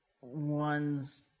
one's